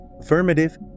affirmative